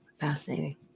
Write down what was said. fascinating